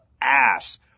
ass